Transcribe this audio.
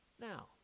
Now